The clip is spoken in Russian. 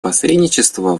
посредничества